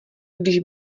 když